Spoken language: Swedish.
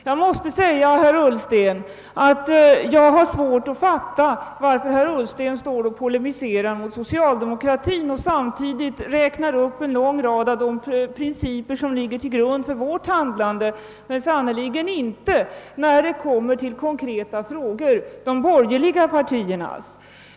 Jag har mycket svårt att fatta varför herr Ullsten polemiserar mot socialdemokraterna och samtidigt räknar upp en lång rad av de principer som ligger till grund för vårt handlande men sannerligen inte gör det när det gäller de borgerliga partiernas ståndpunkter i konkreta frågor.